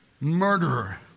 Murderer